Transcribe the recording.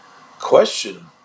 question